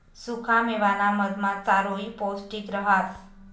सुखा मेवाना मधमा चारोयी पौष्टिक रहास